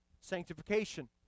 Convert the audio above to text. Sanctification